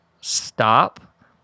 stop